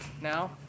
Now